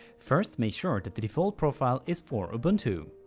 first make sure that the default profile is for ubuntu.